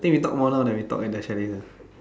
I think we talk more now than we at the chalet lah